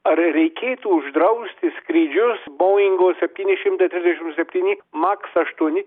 ar reikėtų uždrausti skrydžius boingo septyni šimtai trisdešim septyni maks aštuoni